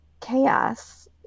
chaos